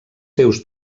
seus